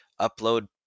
upload